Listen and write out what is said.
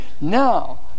Now